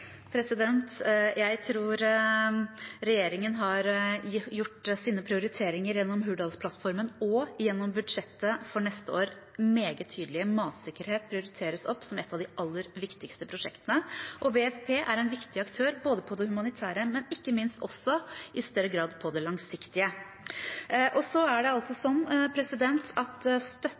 Jeg tror regjeringen har gjort sine prioriteringer gjennom Hurdalsplattformen og gjennom budsjettet for neste år meget tydelig. Matsikkerhet prioriteres opp som et av de aller viktigste prosjektene, og WFP er en viktig aktør både når det gjelder det humanitære, og ikke minst også i større grad når det gjelder det langsiktige.